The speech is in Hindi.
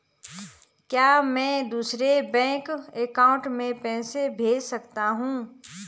क्या मैं दूसरे बैंक अकाउंट में पैसे भेज सकता हूँ?